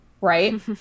right